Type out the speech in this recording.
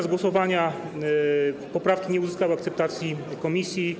W głosowaniu poprawki nie uzyskały akceptacji komisji.